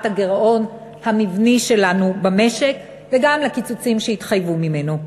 הגירעון המבני שלנו במשק והקיצוצים שהתחייבו ממנו.